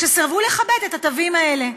שסירבו לכבד את התווים האלה.